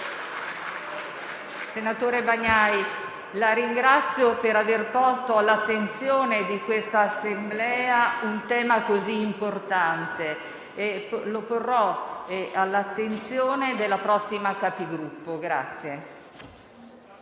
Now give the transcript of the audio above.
Senatore Bagnai, la ringrazio per aver posto all'attenzione dell'Assemblea un tema così importante, che porrò all'attenzione della prossima Conferenza dei